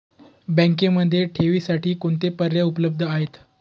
बँकेमध्ये ठेवींसाठी कोणते पर्याय उपलब्ध आहेत?